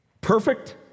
Perfect